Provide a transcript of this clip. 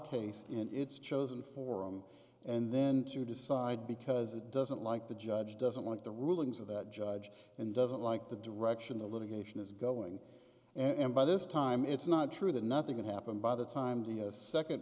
case in its chosen forum and then to decide because it doesn't like the judge doesn't want the rulings of that judge and doesn't like the direction the litigation is going and by this time it's not true that nothing could happen by the time the a second